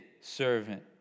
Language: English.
servant